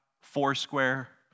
Foursquare